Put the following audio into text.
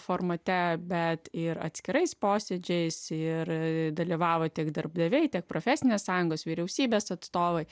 formate bet ir atskirais posėdžiais ir dalyvavo tiek darbdaviai tiek profesinės sąjungos vyriausybės atstovai